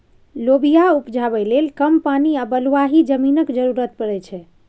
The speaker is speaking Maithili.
लोबिया उपजाबै लेल कम पानि आ बलुआही जमीनक जरुरत परै छै